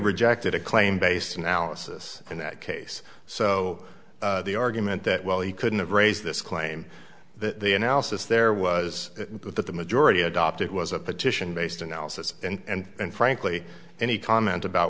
rejected a claim based analysis in that case so the argument that well he couldn't raise this claim that the analysis there was that the majority adopted was a petition based analysis and frankly any comment about